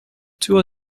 two